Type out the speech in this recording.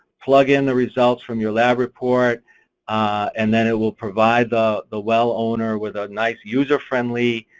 plug in the results from your lab report and then it will provide the the well owner with a nice user friendly